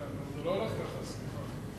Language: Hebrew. אדוני, זה לא הולך ככה, סליחה.